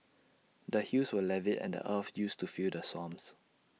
the hills were levy and the earth used to fill the swamps